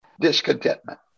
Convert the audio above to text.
discontentment